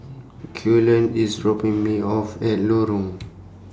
Cullen IS dropping Me off At Lorong